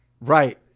right